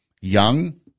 Young